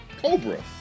Cobra